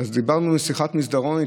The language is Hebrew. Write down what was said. דיברנו בשיחת מסדרון.